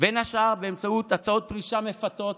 בין השאר באמצעות הצעות פרישה מפתות,